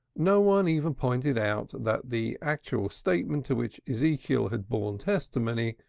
no one even pointed out that the actual statement to which ezekiel had borne testimony,